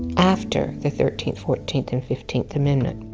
after the thirteenth, fourteenth, and fifteenth amendment.